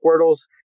squirtle's